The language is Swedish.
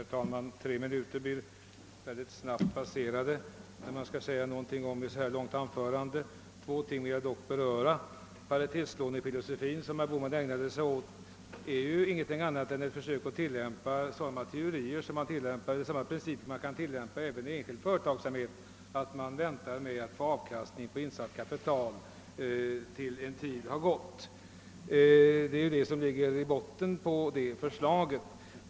Herr talman! Tre minuter blir mycket snabbt passerade, om man skall säga någonting om ett så här långt anförande. Två ting vill jag dock beröra. Paritetslånefilosofin som herr Bohman ägnade sig åt är ju inte någonting annat än ett försök att tillämpa samma principer som man kan tillämpa även i enskild företagsamhet, nämligen att man väntar med att få avkastning på insatt kapital tills en tid har gått. Det är ju det som ligger i botten på det förslaget.